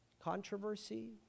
Controversy